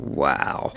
wow